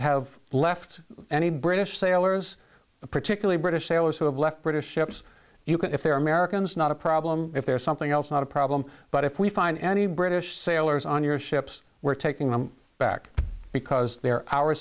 have left any british sailors particularly british sailors who have left british ships you can if they're americans not a problem if they're something else not a problem but if we find any british sailors on your ships we're taking them back because they're our